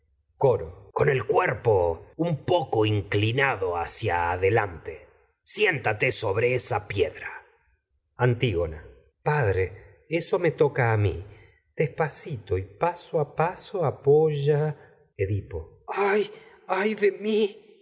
coro con cuerpo esa poco inclinado hacia ade lante siéntate sobre antígona piedra me padre eso toca a mi despacito y paso a paso apoya edipo ay ay de mí